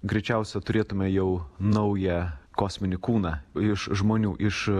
greičiausiai turėtume jau naują kosminį kūną iš žmonių iš